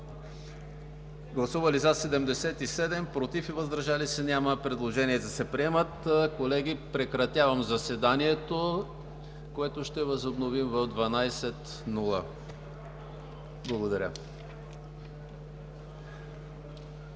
представители: за 77, против и въздържали се няма. Предложенията се приемат. Колеги, прекратявам заседанието, което ще възобновим в 12,00 ч. Благодаря.